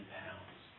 pounds